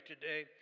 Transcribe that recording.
today